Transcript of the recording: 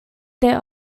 their